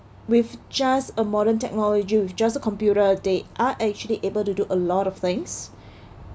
with just a modern technology with just a computer update are actually able to do a lot of things